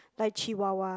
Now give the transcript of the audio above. like chihuahua